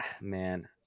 man –